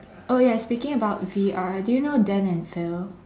oh ya speaking about V_R do you know Dan and Phil